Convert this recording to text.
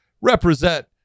represent